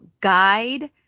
guide